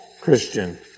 Christian